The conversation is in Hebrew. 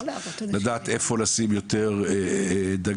לדעת איפה לשים יותר דגש,